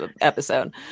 episode